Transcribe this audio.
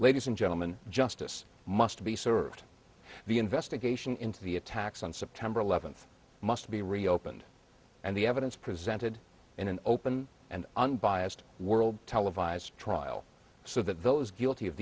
ladies and gentlemen justice must be served the investigation into the attacks on september eleventh must be reopened and the evidence presented in an open and unbiased world televised trial so that those